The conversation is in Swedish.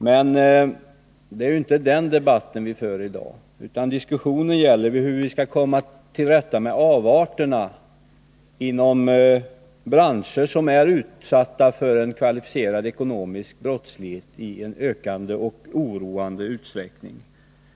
Men det är inte den debatten vi för i dag, utan diskussionen gäller hur vi skall komma till rätta med avarterna inom branscher som är utsatta för en kvalificerad ekonomisk brottslighet i ökande och oroande utsträckning.